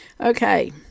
Okay